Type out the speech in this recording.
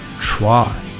try